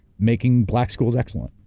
making black schools excellent.